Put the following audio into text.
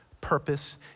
purpose